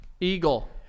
Eagle